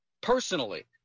personally